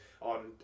on